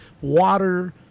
water